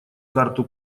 карту